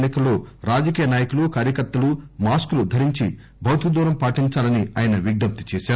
ఎన్ని కల్లో రాజకీయ నాయకులు కార్యకర్తలు మాస్కులు ధరించి భౌతిక దూరం పాటించాలని ఆయన విజ్ఞప్తి చేశారు